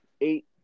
eight